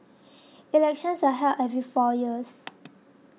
elections are held every four years